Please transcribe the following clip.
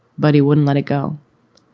but he wouldn't let it go.